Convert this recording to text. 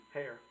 Hair